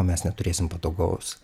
mes neturėsim patogaus